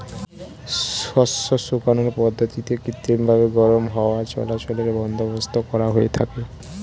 শস্য শুকানোর পদ্ধতিতে কৃত্রিমভাবে গরম হাওয়া চলাচলের বন্দোবস্ত করা হয়ে থাকে